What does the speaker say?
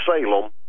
Salem